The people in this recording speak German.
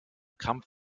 kampf